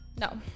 No